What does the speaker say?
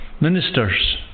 ministers